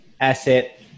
asset